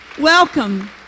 Welcome